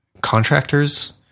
contractors